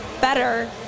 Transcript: better